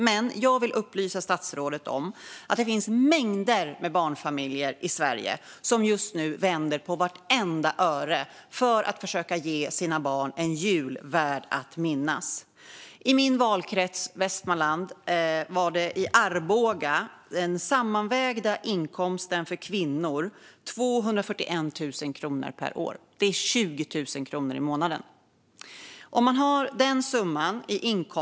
Men jag vill upplysa statsrådet om att det i Sverige finns mängder med föräldrar som just nu vänder på vartenda öre för att försöka ge sina barn en jul värd att minnas. I Arboga i min valkrets Västmanland var den sammanvägda inkomsten för kvinnor 241 000 kronor per år. Det är 20 000 kronor i månaden.